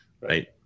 right